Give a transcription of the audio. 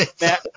Matt